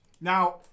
Now